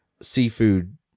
seafood